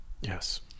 Yes